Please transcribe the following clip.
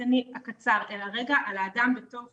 הפרטני הקצר, אלא רגע על האדם בתוך